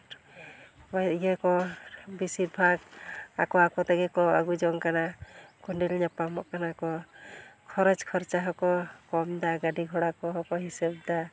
ᱦᱚᱸᱜᱼᱚᱭ ᱤᱭᱟᱹ ᱠᱚ ᱵᱤᱥᱤᱨᱵᱷᱟᱜᱽ ᱟᱠᱚ ᱟᱠᱚ ᱛᱮᱜᱮ ᱠᱚ ᱟᱹᱜᱩ ᱡᱚᱝ ᱠᱟᱱᱟ ᱠᱚᱸᱰᱮᱞ ᱧᱟᱯᱟᱢᱚᱜ ᱠᱟᱱᱟ ᱠᱚ ᱠᱷᱚᱨᱚᱪ ᱠᱷᱚᱨᱪᱟ ᱦᱚᱸᱠᱚ ᱠᱚᱢᱫᱟ ᱜᱟᱹᱰᱤ ᱜᱷᱚᱲᱟ ᱠᱚᱦᱚᱸᱠᱚ ᱦᱤᱥᱟᱹᱵᱽᱫᱟ